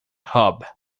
hub